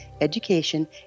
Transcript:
education